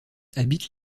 habite